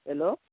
hello